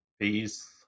Peace